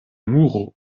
muro